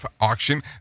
Auction